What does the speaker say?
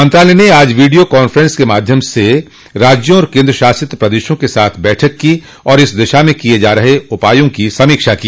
मंत्रालय ने आज वीडियो कांफ्रेंस के माध्यम से राज्यों और केन्द्र शासित प्रदेशों के साथ बैठक की और इस दिशा में किए जा रहे उपायों की समीक्षा की